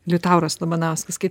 liutauras labanauskas kai